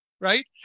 right